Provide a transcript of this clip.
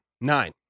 Nine